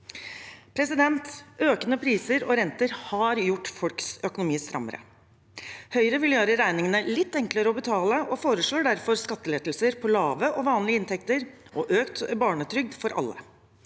det igjen. Økende priser og renter har gjort folks økonomi strammere. Høyre vil gjøre regningene litt enklere å betale og foreslår derfor skattelettelser på lave og vanlige inntekter og økt barnetrygd for alle.